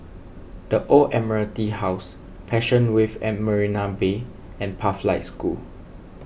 the Old Admiralty House Passion Wave at Marina Bay and Pathlight School